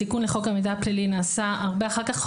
התיקון לחוק המידע הפלילי נעשה הרבה אחר כך.